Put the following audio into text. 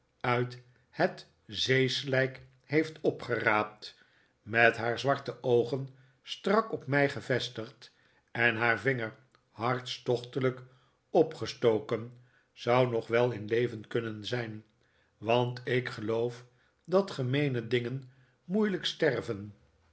uit het zeeslijk heeft opgeraapt met haar zwarte oogen strak op mij gevestigd en haar vinger hartstochtelijk opgestoken zou nog wel in leven kunnen zijn want ik geloof dat gemeene dingen moeilijk sterven